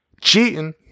cheating